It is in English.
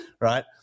right